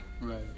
right